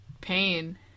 pain